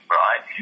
right